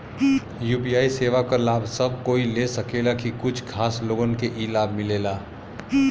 UPI सेवा क लाभ सब कोई ले सकेला की कुछ खास लोगन के ई लाभ मिलेला?